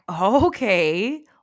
Okay